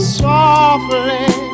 softly